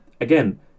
again